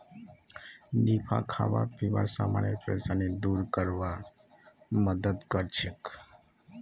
निफा खाबा पीबार समानेर परेशानी दूर करवार मदद करछेक